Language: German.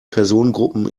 personengruppen